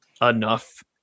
enough